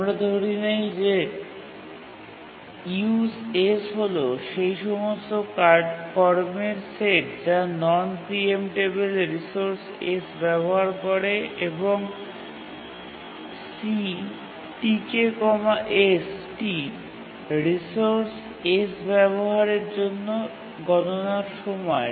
আমরা ধরে নিই যে Use হল সেই সমস্ত কর্মের সেট যা non preemptable resource S ব্যবহার করে এবং CTkS টি রিসোর্স S ব্যবহারের জন্য গণনার সময়